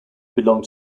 belonged